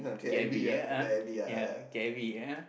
K_I_V ya uh ya K_I_V uh